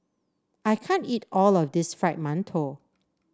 I can't eat all of this Fried Mantou